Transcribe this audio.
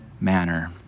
manner